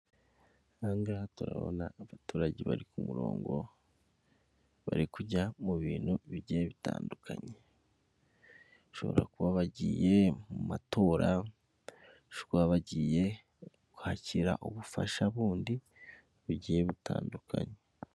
Ahangaha turabona abaturage bari ku murongo bari kujya mu bintu bigiye bitandukanye, bashobora kuba bagiye mu matora bashobora kuba bagiye kwakira ubufasha bundi bugiye butandukanye.